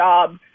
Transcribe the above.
job